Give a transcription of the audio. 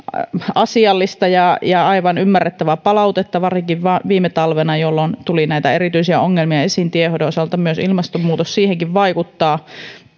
asiallista ja ja aivan ymmärrettävää palautetta varsinkin viime talvena jolloin tuli näitä erityisiä ongelmia esiin tienhoidon osalta myös ilmastonmuutos siihenkin vaikuttaa